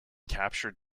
capture